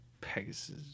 Pegasus